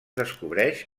descobreix